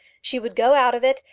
she would go out of it,